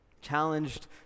Challenged